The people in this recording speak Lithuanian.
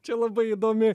čia labai įdomi